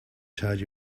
charge